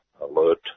Alert